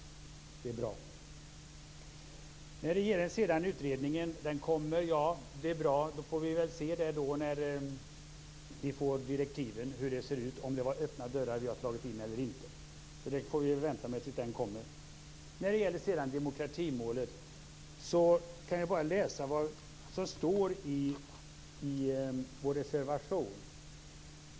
Det är bra. Utredningen ska komma. Det är bra. Vi får väl se hur det ser ut när vi får direktiven. Då vet vi om vi har slagit in öppna dörrar eller inte. Det får vi vänta med tills de kommer. När det gäller demokratimålet kan jag bara läsa vad som står i vår reservation.